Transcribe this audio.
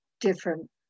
different